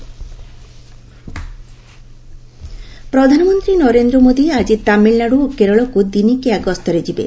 PM visit ପ୍ରଧାନମନ୍ତ୍ରୀ ନରେନ୍ଦ୍ର ମୋଦୀ ଆଜି ତାମିଲନାଡ଼ୁ ଓ କେରଳକୁ ଦିନିକିଆ ଗସ୍ତରେ ଯିବେ